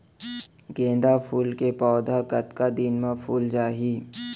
गेंदा फूल के पौधा कतका दिन मा फुल जाही?